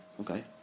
okay